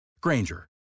Granger